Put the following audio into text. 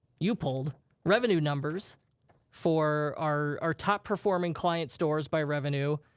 you pulled revenue numbers for our top performing client stores by revenue